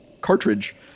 cartridge